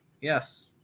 yes